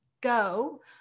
go